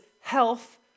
health